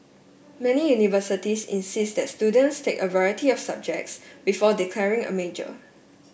many universities insist that students take a variety of subjects before declaring a major